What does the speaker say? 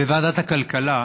בוועדת הכלכלה,